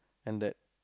and that